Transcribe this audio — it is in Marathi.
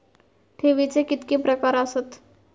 ठेवीचे कितके प्रकार आसत?